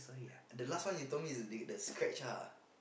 the last one you told me is the scratch lah